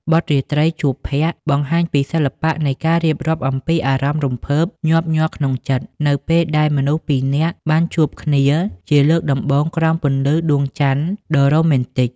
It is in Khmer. បទ "រាត្រីជួបភក្រ្ត" បង្ហាញពីសិល្បៈនៃការរៀបរាប់អំពីអារម្មណ៍រំភើបញាប់ញ័រក្នុងចិត្ត នៅពេលដែលមនុស្សពីរនាក់បានជួបគ្នាជាលើកដំបូងក្រោមពន្លឺដួងច័ន្ទដ៏រ៉ូមែនទិក។